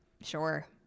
sure